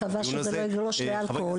אני מקווה שזה לא יגלוש לשימוש באלכוהול.